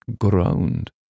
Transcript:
groaned